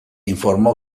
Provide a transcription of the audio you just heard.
informó